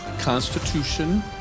Constitution